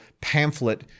pamphlet